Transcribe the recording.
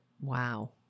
Wow